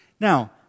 Now